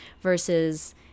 versus